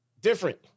Different